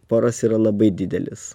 poras yra labai didelis